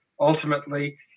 ultimately